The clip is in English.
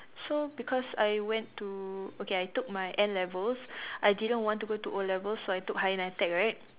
so because I went to okay I took my N=levels I didn't want to go to O-levels so I took higher nitec right